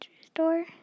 store